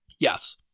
Yes